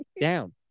down